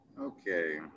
Okay